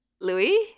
Louis